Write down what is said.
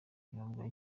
ikinyobwa